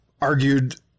argued